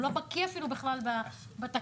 הוא לא בקיא אפילו בכלל בתקנות,